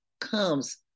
comes